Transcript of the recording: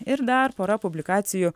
ir dar pora publikacijų